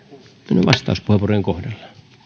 vastauspuheenvuorojen kohdalla